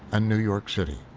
and new york city.